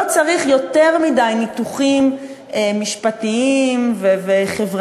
לא צריך יותר מדי ניתוחים משפטיים וחברתיים